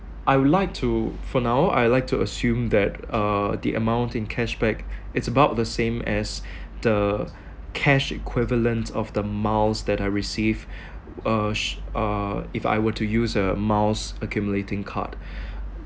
I would like to for now I'd like to assume that uh the amount in cashback it's about the same as the cash equivalent of the miles that I receive uh sh~ uh if I were to use a miles accumulating card